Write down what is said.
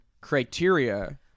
criteria